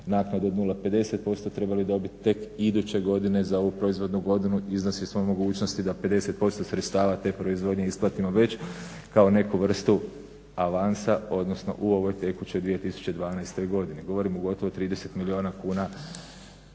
naknadu od 0,50 % trebali dobiti tek iduće godine za ovu proizvodnu godinu, iznosi svojih mogućnosti da 50 % sredstava te proizvodnje isplatimo već kao neku vrstu avansa, odnosno u ovoj tekućoj 2012. godini. Govorimo o gotovo 30 milijuna kuna